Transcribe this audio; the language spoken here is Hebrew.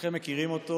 שכולכם מכירים אותו